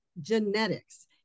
genetics